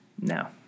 now